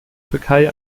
türkei